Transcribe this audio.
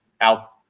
out